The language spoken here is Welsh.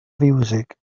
fiwsig